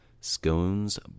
Scones